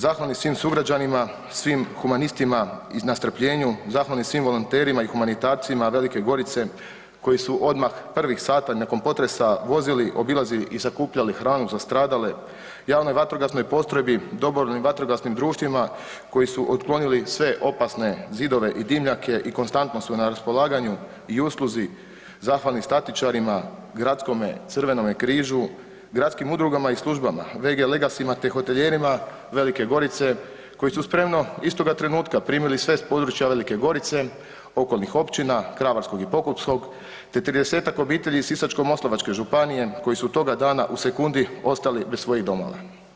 Zahvalni svim sugrađanima, svim humanistima na strpljenju, zahvalni svim volonterima i humanitarcima Velike Gorice koji su odmah prvih sati nakon potresa vozili, obilazili i sakupljali hranu za stradale, javnoj vatrogasnoj postrojbi, dobrovoljnim vatrogasnim društvima koji su otklonili sve opasne zidove i dimnjake i konstantno su na raspolaganju i usluzi, zahvalni statičarima, gradskome Crvenome križu, gradskim udrugama i službama, VG Legacyma te hotelijerima Velike Gorice koji su spremno istoga trenutka primili sve s područja Velike Gorice, okolnih općina Kravarskog i Pokupskog te 30-tak obitelji iz Sisačko-moslavačke županije koji su toga dana u sekundi ostali bez svojih domova.